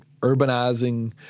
urbanizing